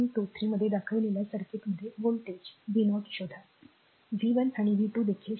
23 मध्ये दाखवलेल्या सर्किटमध्ये व्होल्टेज v0 शोधा v 1 आणि v 2 देखील शोधा